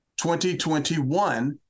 2021